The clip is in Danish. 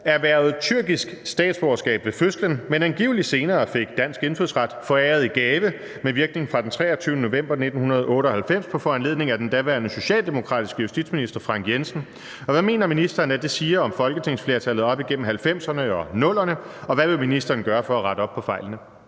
erhvervede tyrkisk statsborgerskab ved fødslen, men angiveligt senere fik dansk indfødsret foræret i gave med virkning fra den 23. november 1998 på foranledning af den daværende socialdemokratiske justitsminister Frank Jensen, hvad mener ministeren, at det siger om folketingsflertallet op gennem 1990’erne og 00’erne, og hvad vil ministeren gøre for at rette op på fejlen?